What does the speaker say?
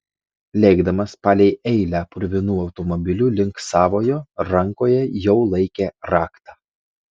lėkdamas palei eilę purvinų automobilių link savojo rankoje jau laikė raktą